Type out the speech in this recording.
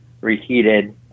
reheated